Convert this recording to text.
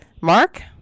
Mark